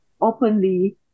openly